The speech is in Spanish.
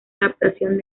adaptación